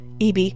EB